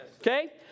Okay